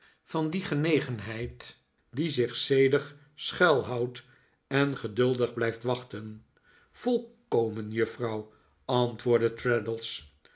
van die genegenheid die zich zedig schuilhoudt en geduldig blijft wachten volkomen juffrouw antwoordde